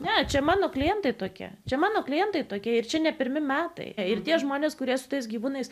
ne čia mano klientai tokie čia mano klientai tokia ir čia ne pirmi metai ir tie žmonės kurie su tais gyvūnais